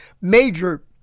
major